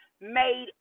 made